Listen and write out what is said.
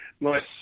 nice